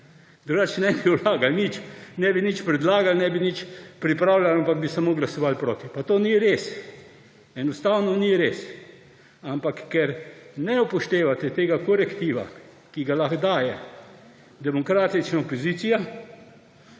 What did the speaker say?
drugače ne bi ne bi nič predlagali, ne bi nič pripravljali, ampak bi samo glasovali proti. Pa to ni res, enostavno ni res. Ampak ker ne upoštevate tega korektiva, ki ga lahko daje demokratična opozicija,